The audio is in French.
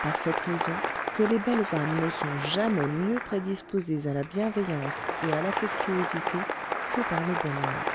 par cette raison que les belles âmes ne sont jamais mieux prédisposées à la bienveillance et à l'affectuosité que par le bonheur